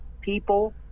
people